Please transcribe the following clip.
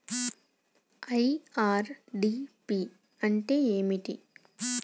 IRDP అంటే ఏమిటి?